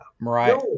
Right